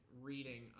reading